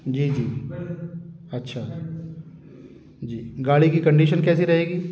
जी जी अच्छा जी गाड़ी की कंडीशन कैसी रहेगी